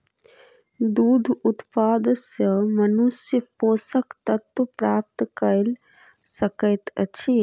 दूध उत्पाद सॅ मनुष्य पोषक तत्व प्राप्त कय सकैत अछि